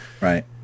right